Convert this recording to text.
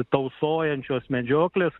tausojančios medžioklės